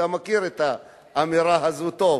אתה מכיר את האמירה הזו טוב.